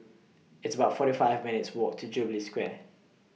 It's about forty five minutes' Walk to Jubilee Square